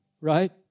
right